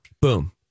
Boom